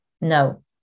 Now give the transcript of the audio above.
No